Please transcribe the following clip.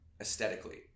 aesthetically